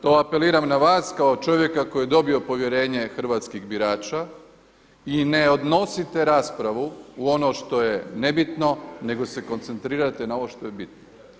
To apeliram na vas kao čovjeka koji je dobio povjerenje hrvatskih birača i ne odnosite raspravu u ono što je nebitno, nego se koncentrirajte na ovo što je bitno.